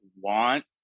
want